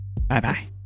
Bye-bye